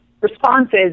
responses